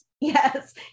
yes